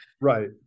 Right